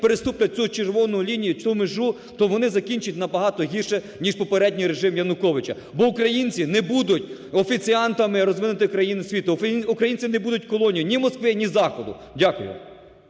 переступлять цю червону лінію, цю межу, то вони закінчать набагато гірше, ніж попередній режим Януковича, бо українці не будуть офіціантами розвинутих країн світу, українці не будуть колонією ні Москви, ні Заходу. Дякую.